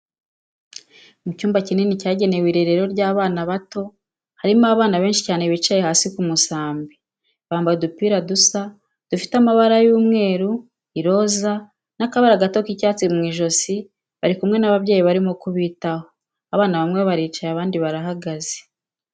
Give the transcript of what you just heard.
Mu cyumba kinini cyagenewe irerero ry'abana bato, harimo abana benshi cyane bicaye hasi ku musambi, bambaye udupira dusa dufite amabara y'umweru, iroza, n'akabara gato k'icyatsi mu ijosi, bari kumwe n'ababyeyi barimo kubitaho, abana bamwe baricaye abandi barahagaze.